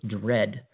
dread